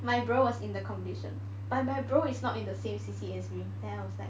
my bro was in the competition but my bro is not in the same C_C_A as me then I was like